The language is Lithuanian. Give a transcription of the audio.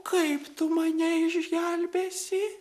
kaip tu mane išgelbėsi